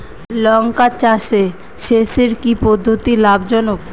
লঙ্কা চাষে সেচের কি পদ্ধতি লাভ জনক?